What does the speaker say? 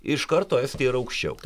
iš karto estija yra aukščiau